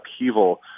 upheaval